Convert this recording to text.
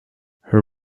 her